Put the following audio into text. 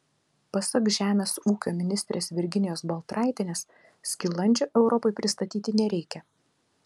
pasak žemės ūkio ministrės virginijos baltraitienės skilandžio europai pristatyti nereikia